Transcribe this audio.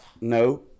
No